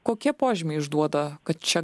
kokie požymiai išduoda kad čia